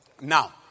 Now